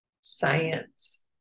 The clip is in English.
science